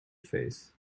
face